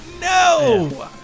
no